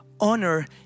honor